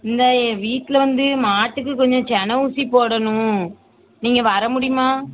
இல்லை வீட்டில் வந்து மாட்டுக்கு கொஞ்சம் செனை ஊசி போடணும் நீங்கள் வர முடியுமா